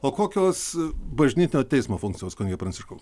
o kokios bažnytinio teismo funkcijos kunige pranciškau